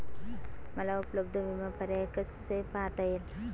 मला उपलब्ध विमा पर्याय कसे पाहता येतील?